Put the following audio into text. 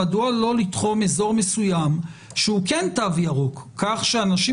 מדוע לא לתחום אזור מסוים שהוא כן תו ירוק כך שאנשים